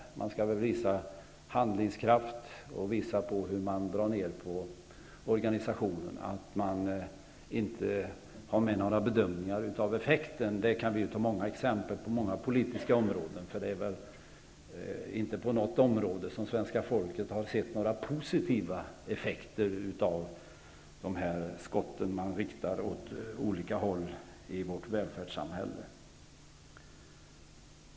Regeringen måste väl visa handlingskraft och visa hur man drar ner på organisationen. Att man inte har med några bedömningar av effekten kan vi ge många exempel på från många politiska områden. Inte på något område har svenska folket sett några positiva effekter av dessa skott man riktar åt olika håll i vårt välfärdssamhälle.